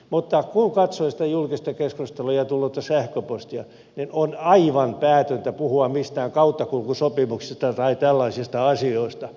mutta kun katsoi sitä julkista keskustelua ja tullutta sähköpostia niin on aivan päätöntä puhua mistään kauttakulkusopimuksista tai tällaisista asioista